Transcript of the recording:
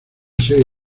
serie